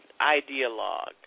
ideologue